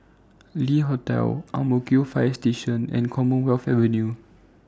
Le Hotel Ang Mo Kio Fire Station and Commonwealth Avenue